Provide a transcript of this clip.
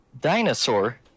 dinosaur